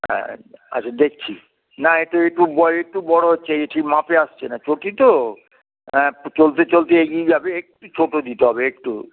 হ্যাঁ আচ্ছা দেখছি না এটা একটু বড় একটু বড় হচ্ছে এ ঠিক মাপে আসছে না চটি তো হ্যাঁ চলতে চলতে এগিয়ে যাবে একটু ছোট দিতে হবে একটু